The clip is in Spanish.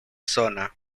zona